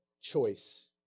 choice